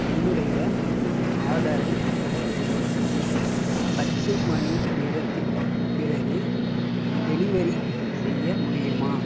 என்னுடைய ஆர்டரை பத்து மணிநேரத்திற்குப் பிறகு டெலிவரி செய்ய முடியுமா